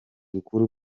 bukuru